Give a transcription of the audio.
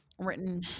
written